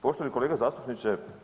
Poštovani kolega zastupniče.